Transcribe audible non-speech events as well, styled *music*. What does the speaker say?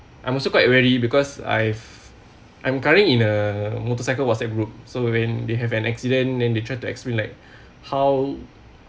I'm also quite wary because I've I'm currently in a motorcycle what's app group so when they have an accident then they tried to explain like *breath* how